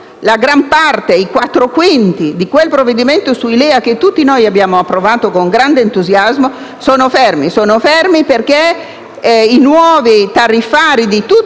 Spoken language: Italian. la gran parte - i quattro quinti - di quel provvedimento sui LEA, che tutti noi abbiamo approvato con grande entusiasmo, è ferma, perché i nuovi tariffari di tutte le